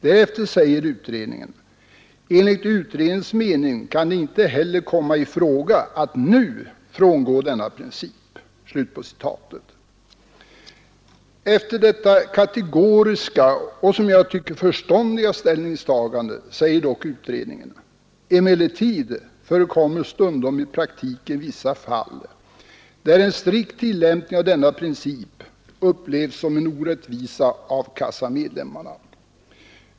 Därefter säger man: ”Enligt utredningens mening kan det inte heller komma i fråga att nu frångå denna princip.” Efter detta kategoriska och förståndiga ställningstagande säger dock utredningen: ”Emellertid förekommer stundom i praktiken vissa fall där en strikt tillämpning av denna princip upplevs som en orättvisa av kassamedlemmarna.